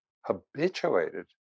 habituated